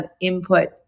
input